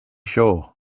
sure